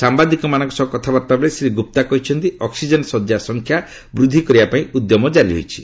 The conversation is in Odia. ସାମ୍ବାଦିକମାନଙ୍କ ସହ କଥାବାର୍ତ୍ତା ବେଳେ ଶ୍ରୀ ଗୁପ୍ତା କହିଛନ୍ତି ଅକ୍ନିକେନ ଶଯ୍ୟାସଂଖ୍ୟା ବୂଦ୍ଧି କରିବା ପାଇଁ ଉଦ୍ୟମ ଜାରି ରହିଛି